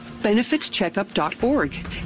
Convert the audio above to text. BenefitsCheckup.org